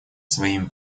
своим